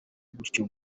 gutyo